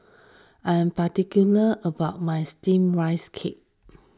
I am particular about my Steamed Rice Cake